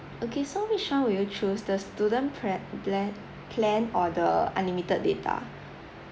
okay so which [one] will you choose the student pla~ pla~ plan or the unlimited data